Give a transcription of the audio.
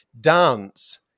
dance